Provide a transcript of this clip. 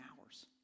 hours